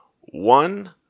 one